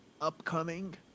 upcoming